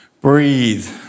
breathe